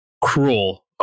cruel